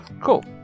Cool